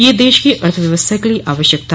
यह देश की अर्थव्यवस्था के लिए आवश्यक था